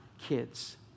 kids